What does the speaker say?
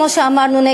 כמו שאמרנו,